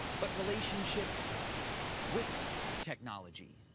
but relationships with technology?